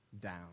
down